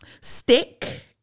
stick